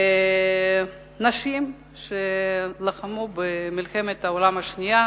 נשים שלחמו במלחמת העולם השנייה,